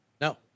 No